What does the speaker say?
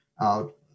out